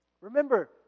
Remember